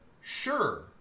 Sure